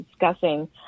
discussing